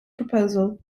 proposal